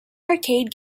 arcade